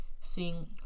seeing